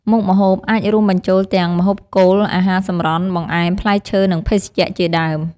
មុខម្ហូបអាចរួមបញ្ចូលទាំង ម្ហូបគោល អាហារសម្រន់ បង្អែម ផ្លែឈើ និងភេសជ្ជៈ ជាដើម។